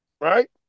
right